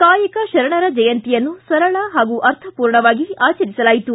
ಕಾಯಕ ಶರಣರ ಜಯಂತಿಯನ್ನು ಸರಳ ಹಾಗೂ ಅರ್ಥಪೂರ್ಣವಾಗಿ ಆಚರಿಸಲಾಯಿತು